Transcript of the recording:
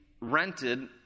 rented